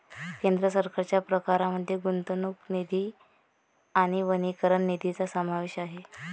केंद्र सरकारच्या प्रकारांमध्ये गुंतवणूक निधी आणि वनीकरण निधीचा समावेश आहे